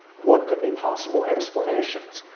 what could be possible explanations?